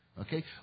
Okay